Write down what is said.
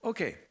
Okay